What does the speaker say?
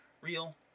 real